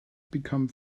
become